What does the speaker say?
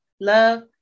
love